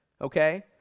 okay